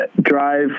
drive